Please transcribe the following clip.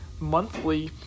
monthly